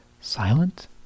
silent